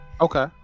Okay